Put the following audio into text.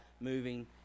moving